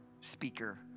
speaker